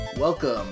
Welcome